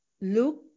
look